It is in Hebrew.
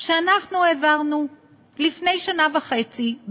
שאנחנו העברנו לפני שנה וחצי,